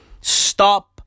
Stop